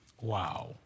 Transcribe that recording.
Wow